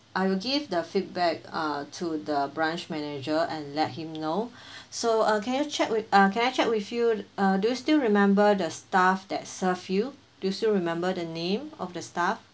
I will give the feedback uh to the branch manager and let him know so uh can you check with uh can I check with you uh do you still remember the staff that serve you do you still remember the name of the staff